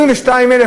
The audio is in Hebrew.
22,000,